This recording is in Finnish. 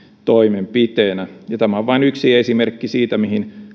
toimenpiteenä ja tämä on vain yksi esimerkki siitä mihin